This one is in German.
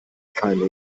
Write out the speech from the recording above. keime